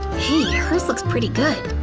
hey, her's looks pretty good.